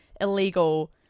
illegal